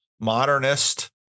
modernist